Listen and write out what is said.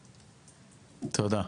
תודה.